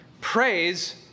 Praise